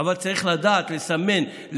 אבל צריך לדעת לסמן,